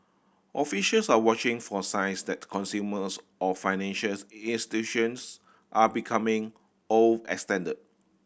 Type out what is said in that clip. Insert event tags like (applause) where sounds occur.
officials are watching for signs that consumers or financial (unintelligible) institutions are becoming overextended